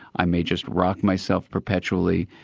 i may just rock myself perpetually,